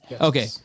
okay